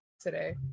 today